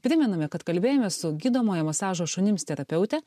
primename kad kalbėjomės su gydomojo masažo šunims terapeute